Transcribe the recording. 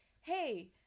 hey